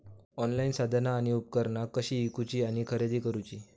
Online साधना आणि उपकरणा कशी ईकूची आणि खरेदी करुची?